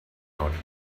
order